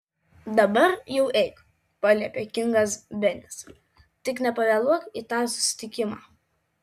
dabar jau eik paliepė kingas benis tik nepavėluok į tą susitikimą